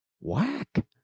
whack